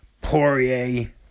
Poirier